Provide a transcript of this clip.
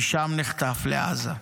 משם נחטף לעזה,